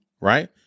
right